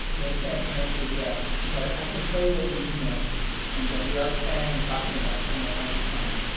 that can't be answered yet, but i can tell you what we do know and that we are planning and talking about summer all the time.